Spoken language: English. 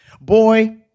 Boy